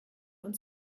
uns